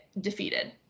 defeated